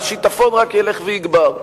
השיטפון רק ילך ויגבר.